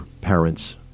parents